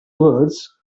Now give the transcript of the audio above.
words